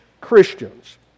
Christians